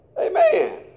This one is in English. Amen